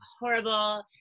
horrible